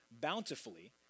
bountifully